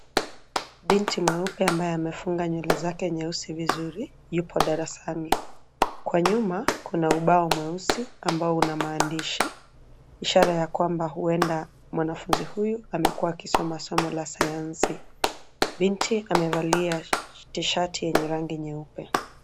Binti mweupe ambaye amefunga nywele zake nyeusi vizuri yupo darasani. Kwa nyuma kuna ubao mweusi ambao una maandishi ishara ya kwamba huenda mwanafunzi huyu amekuwa akisoma somo la Sayansi. Binti amevalia tishati yenye rangi nyeupe.